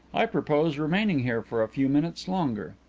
i propose remaining here for a few minutes longer.